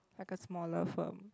like a smaller firm